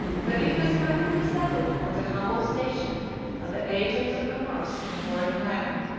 that it has finally settled on the humble station of the agents of commerce in a foreign land.